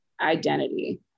identity